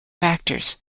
factors